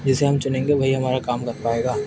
جسے ہم چنیں گے وہی ہمارا کام کر پائے گا